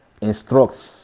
instructs